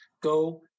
Go